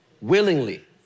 willingly